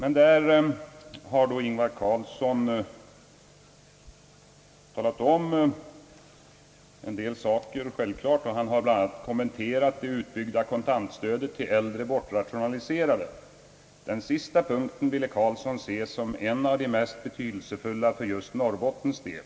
Enligt referatet har herr Carlsson bl.a. kommenterat det utbyggda kontantstödet till äldre bortrationaliserade. Det stödet ville herr Carlsson se som något av det mest betydelsefulla för Norrbottens del.